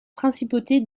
principauté